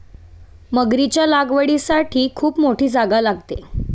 मगरीच्या लागवडीसाठी खूप मोठी जागा लागते